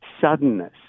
suddenness